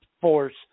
force